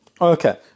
Okay